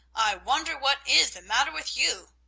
i wonder what is the matter with you!